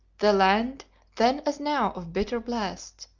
the land then as now of bitter blasts,